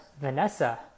Vanessa